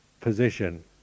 position